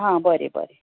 हा बरें बरें